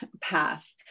path